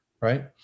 right